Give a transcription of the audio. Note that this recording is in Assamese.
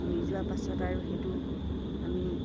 মৰি যোৱাৰ পাছত আৰু সেইটো আমি